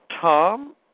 Tom